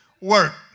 Work